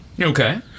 Okay